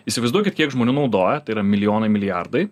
įsivaizduokit kiek žmonių naudoja tai yra milijonai milijardai